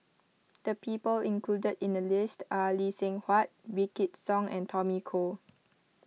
the people included in the list are Lee Seng Huat Wykidd Song and Tommy Koh